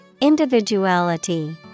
Individuality